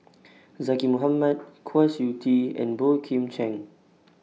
Zaqy Mohamad Kwa Siew Tee and Boey Kim Cheng